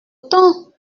temps